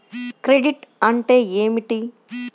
Credit అంటే ఏమిటి?